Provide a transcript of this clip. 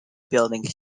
building